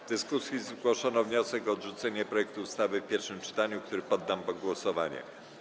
W dyskusji zgłoszono wniosek o odrzucenie projektu ustawy w pierwszym czytaniu, który poddam pod głosowanie.